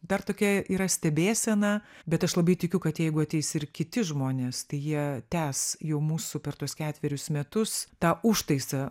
dar tokia yra stebėsena bet aš labai tikiu kad jeigu ateis ir kiti žmonės tai jie tęs jau mūsų per tuos ketverius metus tą užtaisą